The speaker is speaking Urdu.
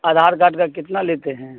آدھار کارڈ کا کتنا لیتے ہیں